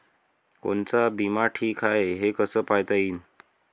कोनचा बिमा ठीक हाय, हे कस पायता येईन?